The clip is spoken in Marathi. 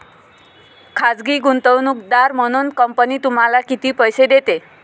खाजगी गुंतवणूकदार म्हणून कंपनी तुम्हाला किती पैसे देते?